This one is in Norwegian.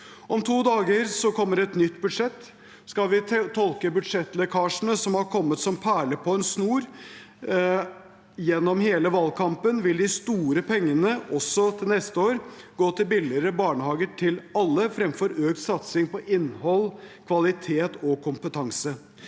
Om to dager kommer et nytt budsjett. Skal vi tolke budsjettlekkasjene som har kommet som perler på en snor gjennom hele valgkampen, vil de store pengene også til neste år gå til billigere barnehage til alle framfor økt satsing på innhold, kvalitet og kompetanse.